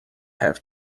have